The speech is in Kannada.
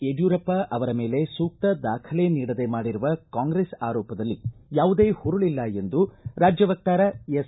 ಯಡ್ಕೂರಪ್ಪ ಅವರ ಮೇಲೆ ಸೂಕ್ತ ದಾಖಲೆ ನೀಡದೇ ಮಾಡಿರುವ ಕಾಂಗ್ರೆಸ್ ಆರೋಪದಲ್ಲಿ ಯಾವುದೇ ಹುರಳಿಲ್ಲ ಎಂದು ರಾಜ್ಯ ವಕ್ತಾರ ಎಸ್